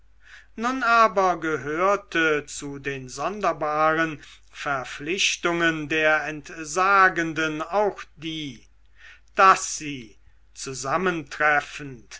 nun aber gehörte zu den sonderbaren verpflichtungen der entsagenden auch die daß sie zusammentreffend